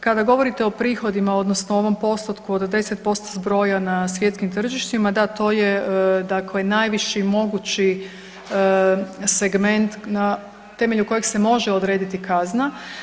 Kada govorite o prihodima odnosno ovom postotku od 10% zbroja na svjetskim tržištima, da to je dakle najviši mogući segment na temelju kojeg se može odrediti kazna.